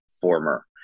former